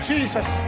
Jesus